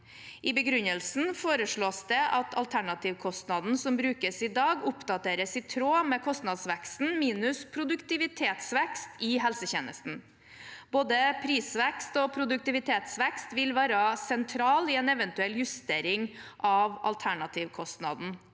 I begrunnelsen foreslås det at alternativkostnaden som brukes i dag, oppdateres i tråd med kostnadsveksten minus produktivitetsvekst i helsetjenesten. Både prisvekst og produktivitetsvekst ville være sentrale i en eventuell justering av alternativkostnaden.